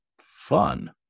fun